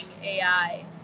AI